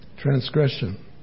Transgression